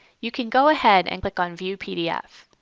you can go ahead and click on view pdf.